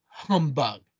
humbug